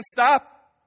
stop